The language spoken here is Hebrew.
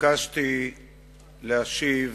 התבקשתי להשיב